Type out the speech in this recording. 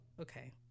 okay